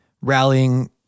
rallying